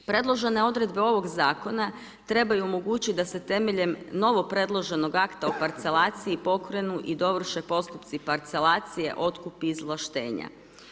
Predložene odredbe ovog zakona trebaju omogućiti da se temeljem novopredloženog akta o parcelaciji pokrenu i dovrše postupci parcelacije, otkup i izvlaštenja.